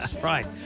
Right